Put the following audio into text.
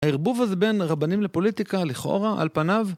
הערבוב הזה בין רבנים לפוליטיקה לכאורה על פניו?